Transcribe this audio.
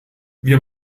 wir